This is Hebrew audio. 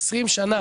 20 שנה